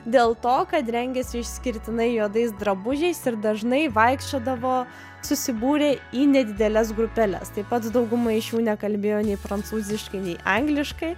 dėl to kad rengėsi išskirtinai juodais drabužiais ir dažnai vaikščiodavo susibūrė į nedideles grupeles taip pat dauguma iš jų nekalbėjo nei prancūziškai nei angliškai